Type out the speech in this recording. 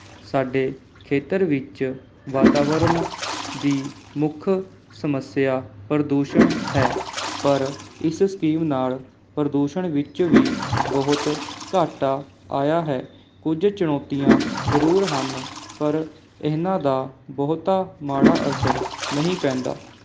ਸਾਡੇ ਖੇਤਰ ਵਿੱਚ ਵਾਤਾਵਰਨ ਦੀ ਮੁੱਖ ਸਮੱਸਿਆ ਪ੍ਰਦੂਸ਼ਣ ਹੈ ਪਰ ਇਸ ਸਕੀਮ ਨਾਲ ਪ੍ਰਦੂਸ਼ਣ ਵਿੱਚ ਵੀ ਬਹੁਤ ਘਾਟਾ ਆਇਆ ਹੈ ਕੁਝ ਚੁਣੌਤੀਆਂ ਜ਼ਰੂਰ ਹਨ ਪਰ ਇਹਨਾਂ ਦਾ ਬਹੁਤਾ ਮਾੜਾ ਅਸਰ ਨਹੀਂ ਪੈਂਦਾ